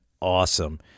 awesome